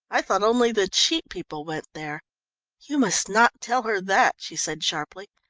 i thought only the cheap people went there you must not tell her that, she said sharply.